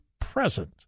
present